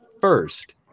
first